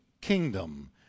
kingdom